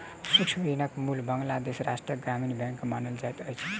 सूक्ष्म ऋणक मूल बांग्लादेश राष्ट्रक ग्रामीण बैंक मानल जाइत अछि